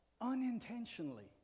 Unintentionally